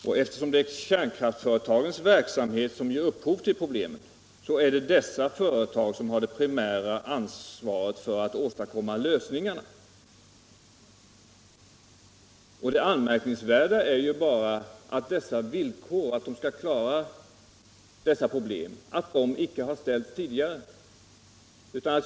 Eftersom det är kärnkraftsföretagens verksamhet som ger upphov till problemen, är det dessa företag som har det primära ansvaret för att åstadkomma eventuella lösningar. Det anmärkningsvärda är bara att villkoren att de skall klara upp dessa problem icke har ställts tidigare.